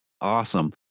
Awesome